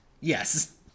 Yes